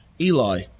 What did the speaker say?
Eli